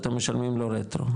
אתם משלמים לו רטרו,